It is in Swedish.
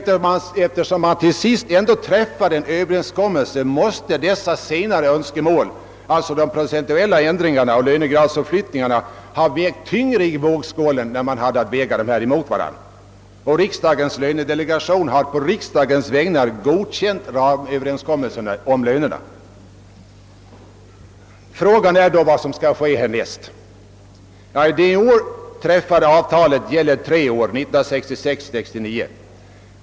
Eftersom man till sist ändå träffade en överenskommelse måste dessa senare önskemål ha vägt tyngre i vågskålen, Riksdagens lönedelegation har på riksdagens vägnar godkänt ramöverenskommelserna om lönerna. Frågan är då vad som skall ske härnäst. Det i år träffade avtalet gäller tre år, 1966—1968.